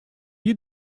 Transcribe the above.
you